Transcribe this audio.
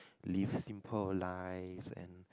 live simple life and